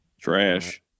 Trash